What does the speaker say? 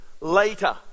later